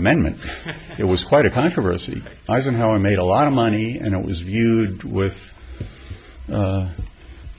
amendment it was quite a controversy eisenhower made a lot of money and it was viewed with